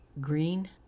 green